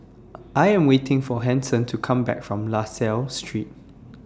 I Am waiting For Hanson to Come Back from La Salle Street